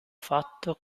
fatto